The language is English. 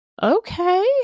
Okay